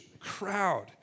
Crowd